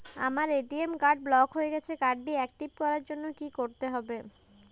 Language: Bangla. আমার এ.টি.এম কার্ড ব্লক হয়ে গেছে কার্ড টি একটিভ করার জন্যে কি করতে হবে?